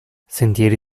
sentieri